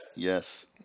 Yes